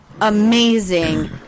amazing